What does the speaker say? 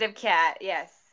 yes